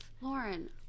Lauren